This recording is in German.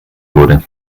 wurde